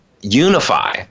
unify